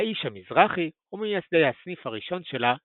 היה איש המזרחי וממייסדי הסניף הראשון שלה בירושלים.